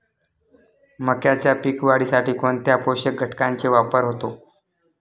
मक्याच्या पीक वाढीसाठी कोणत्या पोषक घटकांचे वापर होतो?